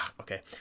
okay